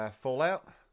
Fallout